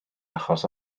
achos